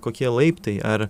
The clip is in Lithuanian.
kokie laiptai ar